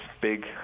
big